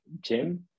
Jim